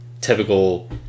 typical